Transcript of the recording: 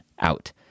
out